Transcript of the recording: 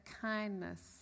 kindness